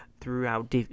throughout